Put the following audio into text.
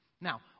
Now